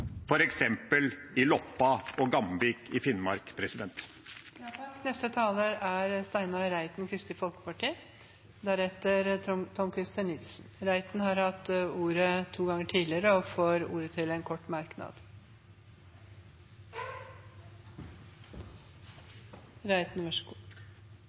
i f.eks. Loppa og Gamvik i Finnmark. Representanten Steinar Reiten har hatt ordet to ganger tidligere og får ordet til en kort